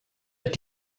hat